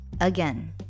again